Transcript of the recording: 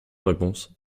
réponse